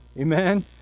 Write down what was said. Amen